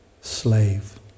slave